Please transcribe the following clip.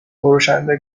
فروشنده